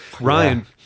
Ryan